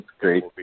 great